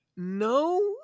no